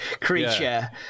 creature